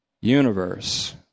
universe